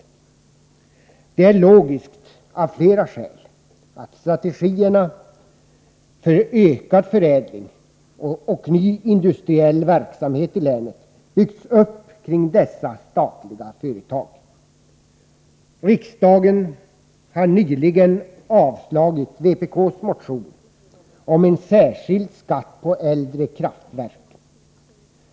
Det är logiskt, av flera skäl, att strategierna för ökad förädling och ny industriell verksamhet i länet byggts upp kring dessa statliga företag. Riksdagen har nyligen avslagit vpk:s motion om en särskild skatt på äldre kraftverk.